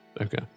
Okay